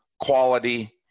quality